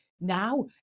now